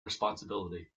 responsibility